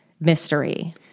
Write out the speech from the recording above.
mystery